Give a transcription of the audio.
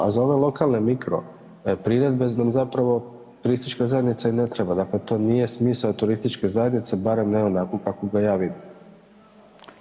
A za ove lokalne mikro priredbe nam zapravo turistička zajednica i ne treba, dakle to nije smisao turističke zajednice, barem ne onako kako ga ja vidim.